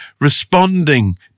responding